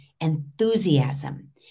enthusiasm